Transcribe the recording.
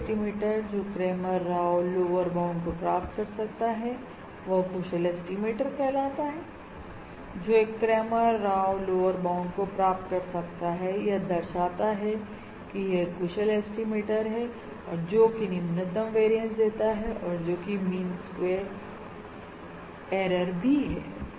कोई भी एस्टिमेटर जो क्रेमर राव लोअर बाउंड को प्राप्त कर सकता है वह कुशल एस्टिमेटर कहलाता है जो एक क्रैमर राव लोअर बाउंड को प्राप्त कर सकता है यह दर्शाता है कि यह एक कुशल एस्टिमेटर है और जो की निम्नतम वेरियस देता है और जो कि मीन स्क्वेयर एरर भी है